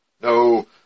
no